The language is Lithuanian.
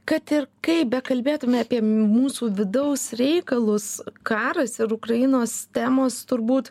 kad ir kaip bekalbėtume apie mūsų vidaus reikalus karas ir ukrainos temos turbūt